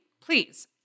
Please